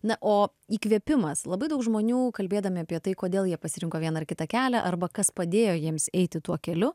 na o įkvėpimas labai daug žmonių kalbėdami apie tai kodėl jie pasirinko vieną ar kitą kelią arba kas padėjo jiems eiti tuo keliu